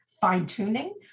fine-tuning